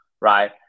right